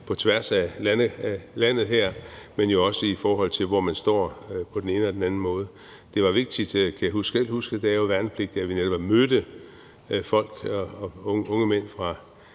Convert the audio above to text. på tværs af landet her, men jo også, i forhold til hvor man står på den ene eller den anden måde. Det var vigtigt, kan jeg huske, fra da jeg selv var værnepligtig, at vi netop mødte folk og unge mænd fra